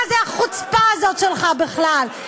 מה זה החוצפה הזאת שלך בכלל?